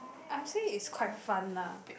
I say is quite fun lah